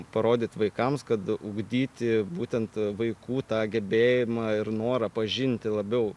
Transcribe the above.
parodyt vaikams kad ugdyti būtent vaikų tą gebėjimą ir norą pažinti labiau